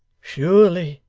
surely,